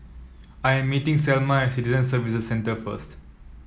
I am meeting Selma Citizen Services Centre first